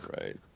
Right